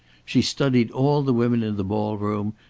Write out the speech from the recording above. she studied all the women in the ball-room,